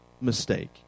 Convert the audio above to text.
mistake